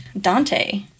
Dante